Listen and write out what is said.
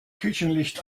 küchenlicht